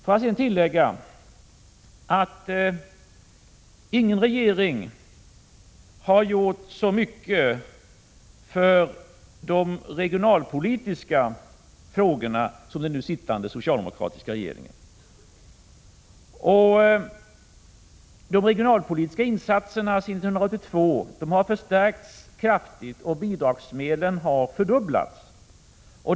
Får jag sedan tillägga att ingen regering har gjort så mycket för de regionalpolitiska frågorna som den nu sittande socialdemokratiska regeringen. De regionalpolitiska insatserna har förstärkts kraftigt sedan 1982. Bidragsmedlen har fördubblats.